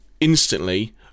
instantly